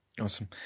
Awesome